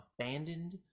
abandoned